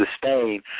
sustain